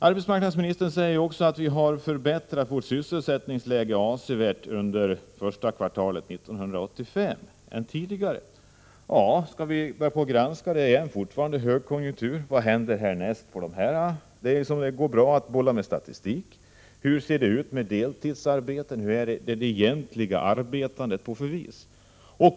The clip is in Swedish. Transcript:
Arbetsmarknadsministern säger att vi avsevärt har förbättrat vårt sysselsättningsläge under första kvartalet 1985. Ja, men det är fortfarande högkonjunktur. Vad händer härnäst? Det går bra att bolla med statistik. Hur ser det ut med deltidsarbete? Hur är det egentliga arbetandet?